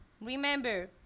remember